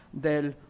Del